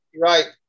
right